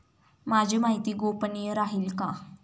माझी माहिती गोपनीय राहील का?